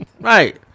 Right